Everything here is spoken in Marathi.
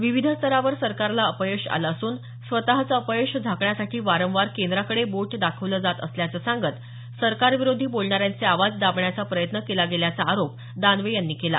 विविध स्तरावर सरकारला अपयश आलं असून स्वतचं अपयश झाकण्यासाठी वारंवार केंद्राकडे बोट दाखवलं जात असल्याचं सांगत सरकारविरोधी बोलणाऱ्यांचे आवाज दाबण्याचा प्रयत्न केला गेल्याचा आरोप दानवे त्यांनी केला